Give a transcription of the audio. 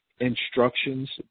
instructions